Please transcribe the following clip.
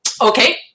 Okay